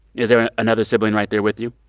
is there another sibling right there with you?